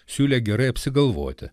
siūlė gerai apsigalvoti